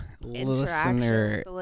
listener